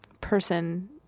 person